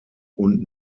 und